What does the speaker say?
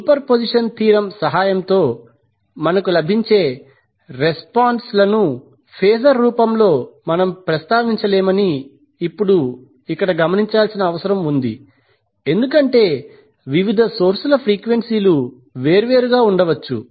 superposition theorem సహాయంతో మనకు లభించే రెస్పాన్స్ లను ఫేజర్ రూపంలో మనం ప్రస్తావించలేమని ఇప్పుడు ఇక్కడ గమనించాల్సిన అవసరం ఉంది ఎందుకంటే వివిధ సోర్సుల ఫ్రీక్వెన్సీలు వేర్వేరు గా ఉండవచ్చు